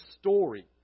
story